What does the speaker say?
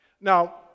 Now